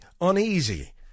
uneasy